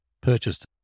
purchased